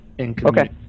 Okay